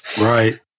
Right